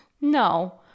No